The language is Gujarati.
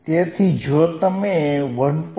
તેથી જો તમે 1